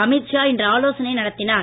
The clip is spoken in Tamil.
அமீத் ஷா இன்று ஆலோசனை நடத்தினார்